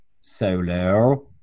Solo